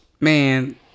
Man